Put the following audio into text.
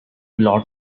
lot